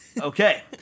Okay